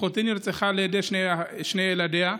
אחותי נרצחה לעיני שני ילדיה,